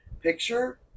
picture